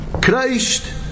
Christ